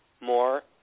more